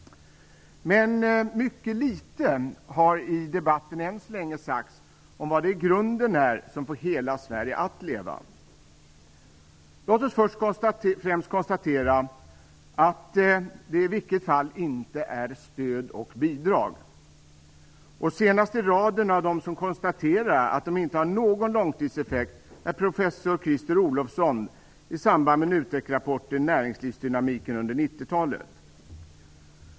Men mycket litet har än så länge sagts i debatten om vad det i grunden är som får hela Sverige att leva. Låt oss främst konstatera att det i varje fall inte är stöd och bidrag. Senast i raden av dem som konstaterar att de inte har någon långtidseffekt är professor Christer Olofsson i samband med en utvecklingsrapport om näringslivsdynamiken under 90-talet.